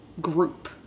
group